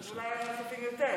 אז אולי, יותר.